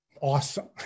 awesome